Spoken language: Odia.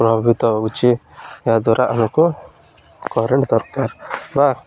ପ୍ରଭାବିତ ହେଉଛି ଏହାଦ୍ୱାରା ଆମକୁ କରେଣ୍ଟ ଦରକାର ବା